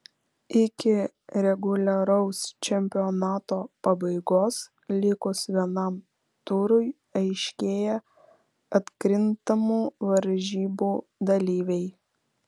iki reguliaraus čempionato pabaigos likus vienam turui aiškėja atkrintamų varžybų dalyviai